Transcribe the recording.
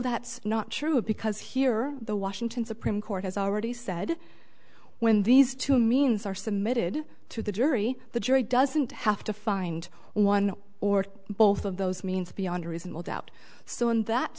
that not true because here the washington supreme court has already said when these two means are submitted to the jury the jury doesn't have to find one or both of those means beyond a reasonable doubt so in that